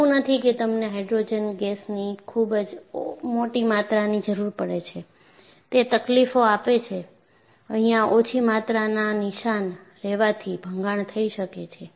એવું નથી કે તમને હાઈડ્રોજન ગેસ ની ખૂબ જ મોટી માત્રાની જરૂર પડે છે તે તકલીફો આપે છે અહીંયા ઓછી માત્રાના નિશાન રેવાથી ભંગાણ થઈ શકે છે